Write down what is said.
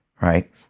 right